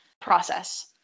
process